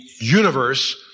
universe